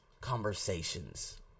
conversations